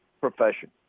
profession